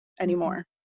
anymore